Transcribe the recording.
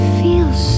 feels